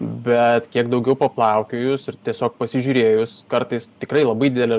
bet kiek daugiau paplaukiojus ir tiesiog pasižiūrėjus kartais tikrai labai didelė